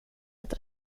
att